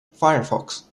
firefox